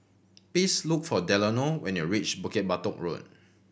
please look for Delano when you reach Bukit Batok Road